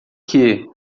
que